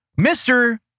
Mr